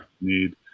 need